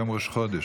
היום ראש חודש.